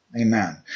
Amen